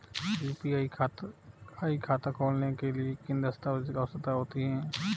UPI खाता खोलने के लिए किन दस्तावेज़ों की आवश्यकता होती है?